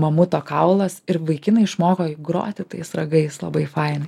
mamuto kaulas ir vaikinai išmoko jį groti tais ragais labai faina